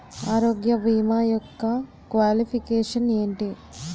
ఆరోగ్య భీమా యెక్క క్వాలిఫికేషన్ ఎంటి?